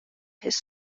his